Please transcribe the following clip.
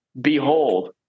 Behold